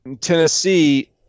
Tennessee